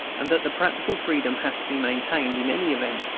and that the practical freedom has to be maintained, in any event,